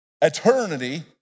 Eternity